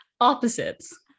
Opposites